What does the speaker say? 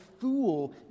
fool